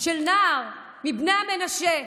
של נער מבני המנשה,